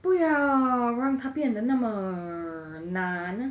不要让它变得那么难